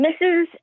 Mrs